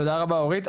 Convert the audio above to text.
תודה רבה אורית.